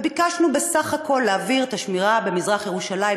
וביקשנו בסך הכול להעביר את השמירה במזרח-ירושלים,